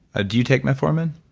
ah do you take metformin?